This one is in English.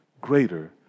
greater